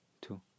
two